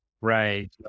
Right